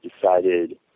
decided